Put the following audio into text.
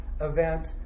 event